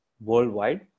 worldwide